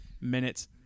minutes